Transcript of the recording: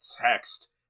text